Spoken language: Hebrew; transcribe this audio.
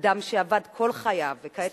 אדם שעבד כל חייו וכעת הוא מובטל,